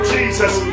Jesus